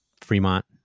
Fremont